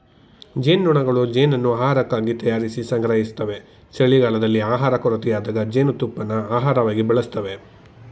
ಜೇನ್ನೊಣಗಳು ಜೇನನ್ನು ಆಹಾರಕ್ಕಾಗಿ ತಯಾರಿಸಿ ಸಂಗ್ರಹಿಸ್ತವೆ ಚಳಿಗಾಲದಲ್ಲಿ ಆಹಾರ ಕೊರತೆಯಾದಾಗ ಜೇನುತುಪ್ಪನ ಆಹಾರವಾಗಿ ಬಳಸ್ತವೆ